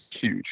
huge